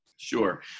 sure